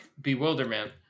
Bewilderment